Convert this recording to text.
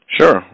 Sure